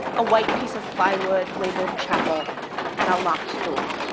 a white piece of plywood labeled chapel and a locked door.